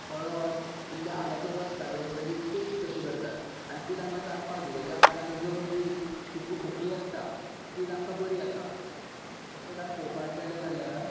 हळद इल्लें आल्याचो रस घालून ताची एक पॅस्ट कशी करतात आनी ती तांकां चाटपाक दितात ज्या कारणान जी तुजी सुकी खोंकली जी आसता ती तांकां बरी जाता तशेंच आमी पळोवपाक गेले जाल्यार